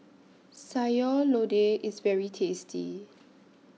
Sayur Lodeh IS very tasty